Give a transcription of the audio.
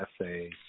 essay